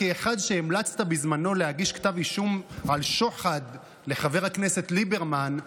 כאחד שהמלצת בזמנו להגיש כתב אישום על שוחד לחבר הכנסת ליברמן,